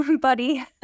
buddy